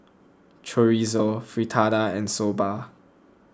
Chorizo Fritada and Soba